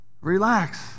relax